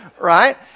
Right